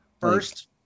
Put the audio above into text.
First